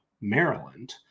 Maryland